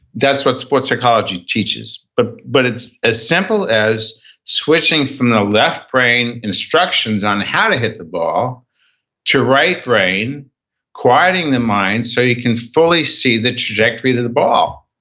that's what sport psychology teaches, but but it's as simple as switching from the left brain instructions on how to hit the ball to right brain quieting the mind so you can fully see the trajectory of the ball,